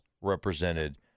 represented